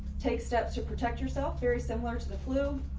take steps to protect yourself very similar to the flu.